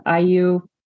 IU